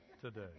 today